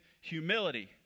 humility